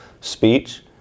speech